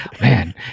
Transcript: man